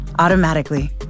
Automatically